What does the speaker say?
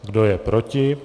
Kdo je proti?